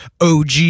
OG